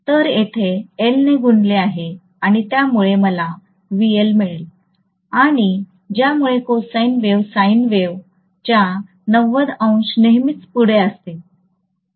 तर येथे L ने गुणले आहे आणि त्यांमुळे मला VL मिळेल आणि ज्यामुळे कोसाइन वेव्ह साईन वेव च्या नेहमीच पुढे असते